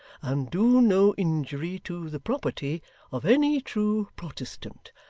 and do no injury to the property of any true protestant.